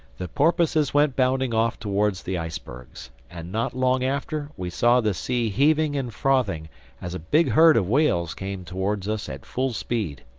the porpoises went bounding off towards the icebergs. and not long after, we saw the sea heaving and frothing as a big herd of whales came towards us at full speed.